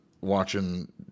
watching